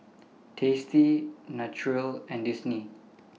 tasty Naturel and Disney